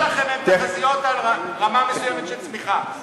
התחזיות שלכם הן תחזיות על רמה מסוימת של צמיחה.